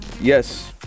Yes